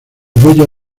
bello